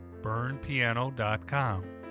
burnpiano.com